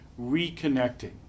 reconnecting